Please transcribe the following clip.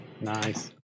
Nice